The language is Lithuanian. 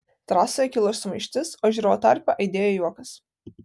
trasoje kilo sumaištis o žiūrovų tarpe aidėjo juokas